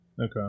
Okay